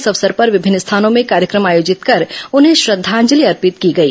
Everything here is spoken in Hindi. इस अवसर पर विभिन्न स्थानों में कार्यक्रम आयोजित कर उन्हें श्रद्धांजलि अर्पित की गई